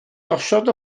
osod